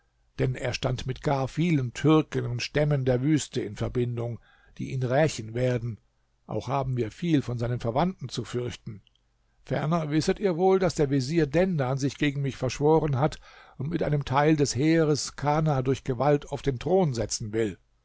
denn er stand mit gar vielen türken und stämmen der wüste in verbindung die ihn rächen werden auch haben wir viel von seinen verwandten zu fürchten ferner wisset ihr wohl daß der vezier dendan sich gegen mich verschworen hat und mit einem teil des heeres kana durch gewalt auf den thron setzen will